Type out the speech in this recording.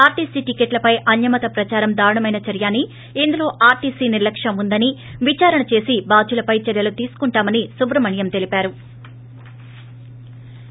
RTC టికెట్లపై అన్యమత ప్రదారం దారుణమైన చర్య అని ఇందులో ఆర్టీసీ నిర్లక్యం ఉందని విచారణ చేసి బాధితులపై చర్యలు తీసుకుంటామని సుబ్రహ్మణ్యం తెలిపారు